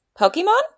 Pokemon